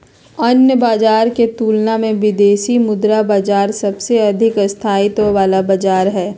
अन्य बाजार के तुलना मे विदेशी मुद्रा बाजार सबसे अधिक स्थायित्व वाला बाजार हय